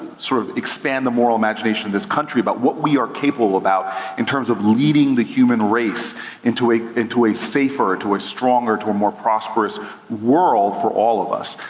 sort of, expand the moral imagination of this country about what we are capable about in terms of leading the human race into a into a safer, into a stronger, into a more prosperous world for all of us.